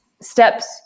steps